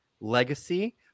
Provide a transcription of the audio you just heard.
legacy